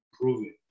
improving